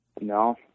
No